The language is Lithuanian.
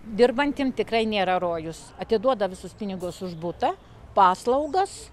dirbantiem tikrai nėra rojus atiduoda visus pinigus už butą paslaugas